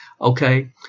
Okay